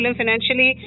financially